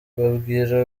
babwira